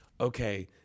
okay